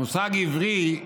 המושג עברי,